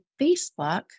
Facebook